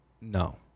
No